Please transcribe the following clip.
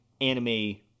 anime